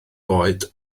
oed